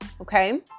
Okay